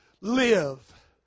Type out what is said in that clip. live